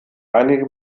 einige